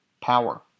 Power